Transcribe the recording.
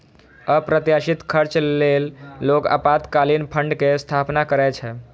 अप्रत्याशित खर्च लेल लोग आपातकालीन फंड के स्थापना करै छै